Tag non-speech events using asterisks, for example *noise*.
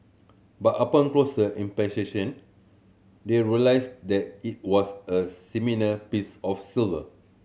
but upon closer *unintelligible* they realised that it was a *unintelligible* piece of silver